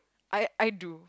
I I do